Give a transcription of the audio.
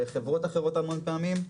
בחברות אחרות המון פעמים.